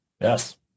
yes